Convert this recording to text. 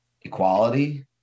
Equality